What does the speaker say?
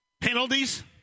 Penalties